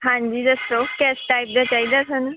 ਹਾਂਜੀ ਦੱਸੋ ਕਿਸ ਟਾਈਪ ਦਾ ਚਾਹੀਦਾ ਤੁਹਾਨੂੰ